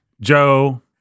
Joe